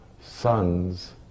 sons